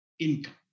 income